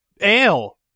Ale